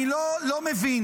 אני לא מבין,